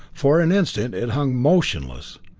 for an instant it hung motionless,